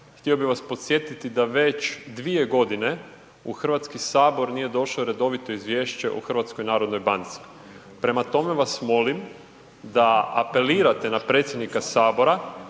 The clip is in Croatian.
htio bih vas podsjetiti da već 2.g. u HS nije došao redovito izvješće o HNB-u. Prema tome vas molim da apelirate na predsjednika HS da